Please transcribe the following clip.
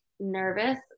nervous